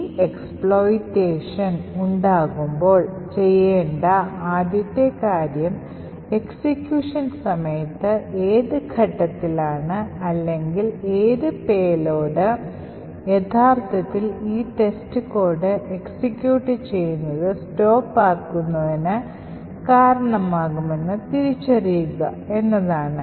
ഈ ചൂഷണം ഉണ്ടാകുമ്പോൾ ചെയ്യേണ്ട ആദ്യത്തെ കാര്യം എക്സിക്യൂഷൻ സമയത്ത് ഏത് ഘട്ടത്തിലാണ് അല്ലെങ്കിൽ ഏത് പേലോഡ് യഥാർത്ഥത്തിൽ ഈ ടെസ്റ്റ് കോഡ് എക്സിക്യൂട്ട് ചെയ്യുന്നത് stop ആക്കുന്നതിന് കാരണമാകുമെന്ന് തിരിച്ചറിയുക എന്നതാണ്